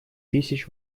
тысяч